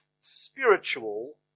spiritual